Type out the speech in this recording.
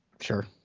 Sure